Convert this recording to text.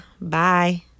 Bye